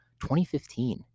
2015